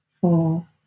four